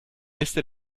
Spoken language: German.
liste